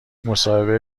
مصاحبه